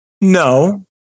no